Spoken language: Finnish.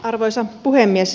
arvoisa puhemies